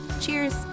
cheers